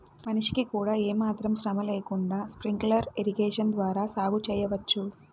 మనిషికి కూడా ఏమాత్రం శ్రమ లేకుండా స్ప్రింక్లర్ ఇరిగేషన్ ద్వారా సాగు చేయవచ్చు